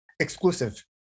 exclusive